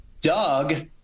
Doug